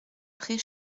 prés